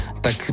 tak